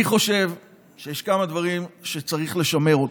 אני חושב שיש כמה דברים שצריך לשמר אותם,